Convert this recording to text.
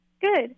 Good